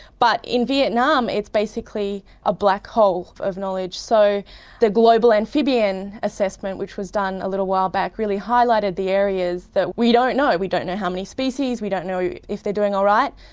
but in vietnam it's basically a black hole of knowledge. so the global amphibian assessment, which was done a little while back, really highlighted the areas that we don't know. we don't know how many species, we don't know yeah if they are doing all right.